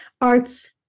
arts